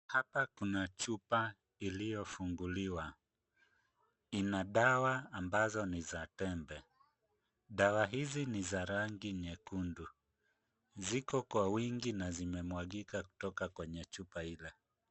Hapa kuna chupa iliyofunguliwa. Ina dawa ambazo ni za tembe. Dawa hizi ni za rangi nyekundu. Ziko kwa wingi na zimemwagika kutoka kwenye chupa ile.